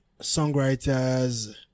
songwriters